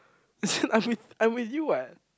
as in I'm with I'm with you what